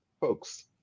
folks